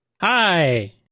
Hi